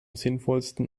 sinnvollsten